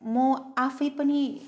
म आफै पनि